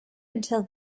until